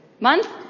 Month